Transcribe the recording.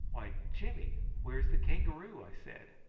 why, jimmy where's the kangaroo? i said.